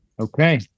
Okay